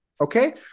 okay